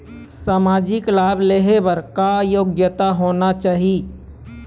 सामाजिक लाभ लेहे बर का योग्यता होना चाही?